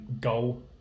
goal